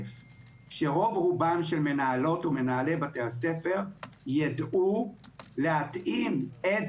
אני מאמין שרוב רובם של מנהלות ומנהלי בתי הספר יידעו להתאים את